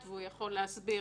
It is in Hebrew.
הוא מטורף.